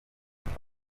nawe